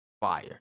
fire